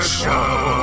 show